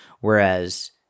Whereas